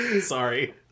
Sorry